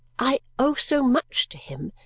i owe so much to him.